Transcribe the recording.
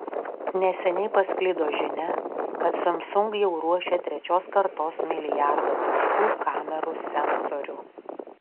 neseniai pasklido žinia kad samsung jau ruošia trečios kartos milijardo taškų kamerų sensorių